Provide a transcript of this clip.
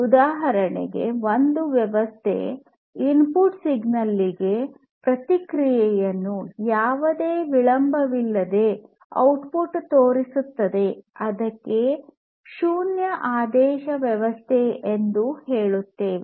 ಉದಾಹರಣೆಗೆ ಒಂದು ವ್ಯವಸ್ಥೆ ಇನ್ಪುಟ್ ಸಿಗ್ನಲ್ ಗೆ ಪ್ರತಿಕ್ರಿಯೆಯನ್ನು ಯಾವುದೇ ವಿಳಂಬವಿಲ್ಲದೆ ಔಟ್ಪುಟ್ ತೋರಿಸುತ್ತದೆ ಅದಕ್ಕೆ ಶೂನ್ಯ ಆದೇಶ ವ್ಯವಸ್ಥೆ ಎಂದು ಹೇಳುತ್ತೇವೆ